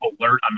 alert